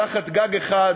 תחת גג אחד,